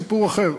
סיפור אחר,